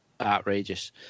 outrageous